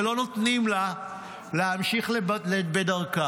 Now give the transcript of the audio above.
ולא נותנים לה להמשיך בדרכה.